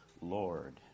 Lord